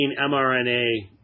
mRNA